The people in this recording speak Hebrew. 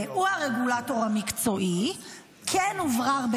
האם זאת תקופה שבאופן חריג אתה צריך להגיד לבנקים,